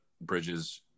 Bridges